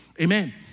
Amen